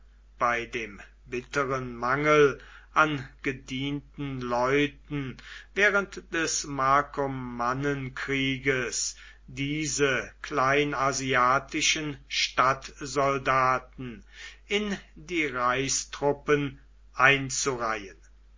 bei dem bitteren mangel an gedienten leuten während des markomannenkrieges diese kleinasiatischen stadtsoldaten in die reichstruppen einzureihen